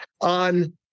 on